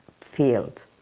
field